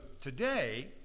today